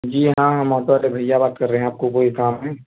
جی ہاں ہم آٹو والے بھیا بات کر رہے ہیں آپ کو کوئی کام ہے